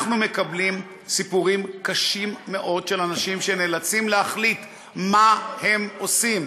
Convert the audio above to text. אנחנו מקבלים סיפורים קשים מאוד על אנשים שנאלצים להחליט מה הם עושים: